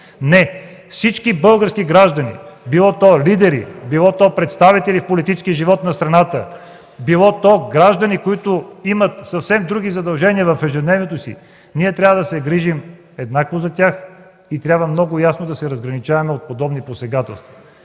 Не, за всички български граждани – било то лидери, било то представители в политическия живот на страната, било то граждани, които имат съвсем други задължения в ежедневието си, за тях ние трябва да се грижим еднакво и трябва много ясно да се разграничаваме от подобни посегателства.